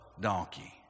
donkey